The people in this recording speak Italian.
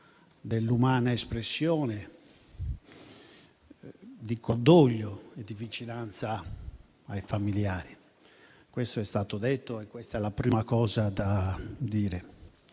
dell'umana espressione di cordoglio e di vicinanza ai familiari. Questo è stato detto e questa è la prima cosa da dire.